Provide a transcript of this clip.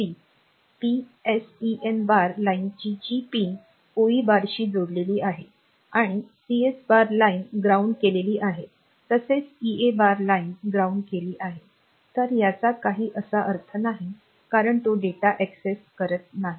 74373 PSEN bar लाइनची G pin OE बारशी जोडलेले आहे आणि CS बार लाइन ग्राउंड केलेली आहे तसेच EA बार लाइन ग्राउंड केली आहे तर याचा काही असा अर्थ नाही कारण तो डेटा अक्सेस करत नाही